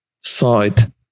side